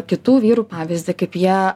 kitų vyrų pavyzdį kaip jie